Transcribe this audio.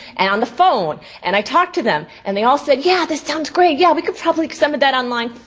and on the phone. and i talked to them. and they all said, yeah this sounds great, yeah we could probably put some of that online.